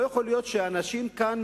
לא יכול להיות שאנשים כאן,